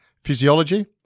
physiology